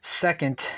second